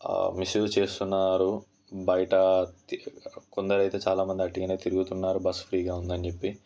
misuse చేస్తున్నారు బయట కొందరు అయితే చాలామంది అట్టుగా తిరుగుతున్నారు బస్ ఫ్రీగా ఉందని చెప్పి